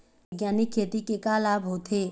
बैग्यानिक खेती के का लाभ होथे?